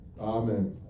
Amen